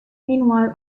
meanwhile